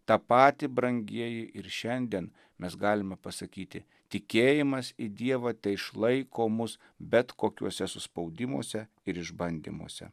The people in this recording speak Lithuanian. tą patį brangieji ir šiandien mes galime pasakyti tikėjimas į dievą teišlaiko mus bet kokiuose suspaudimuose ir išbandymuose